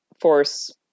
force